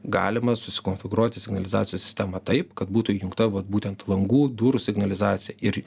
galima susikonfigūruoti signalizacijos sistemą taip kad būtų įjungta vat būtent langų durų signalizacija ir